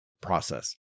process